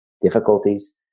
difficulties